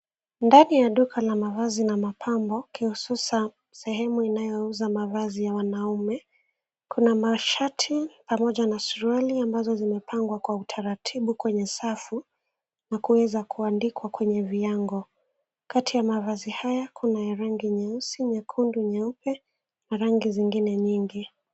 Ndani ya duka la mavazi na mapambo, kihususa sehemu inayouza mavazi ya wanaume. Kuna mashati pamoja na suruali ambazo zimepangwa kwa utaratibu kwenye safu na kuweza kuandikwa kwenye viango. Kati ya mavazi haya kuna ya rangi nyeusi, nyekundu, nyeupe na rangi zingine nyingi.